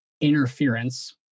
interference